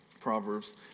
Proverbs